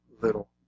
little